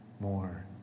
more